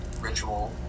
ritual